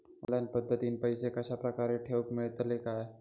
Online पद्धतीन पैसे कश्या प्रकारे ठेऊक मेळतले काय?